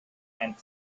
and